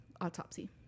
Autopsy